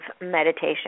meditation